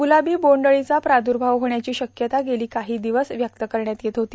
ग्रलाबी बोंड अळीचा प्रादुर्भाव होण्याची शक्यता गेली काही दिवस क्सक्त करण्यात येत होती